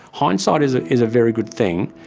hindsight is is a very good thing.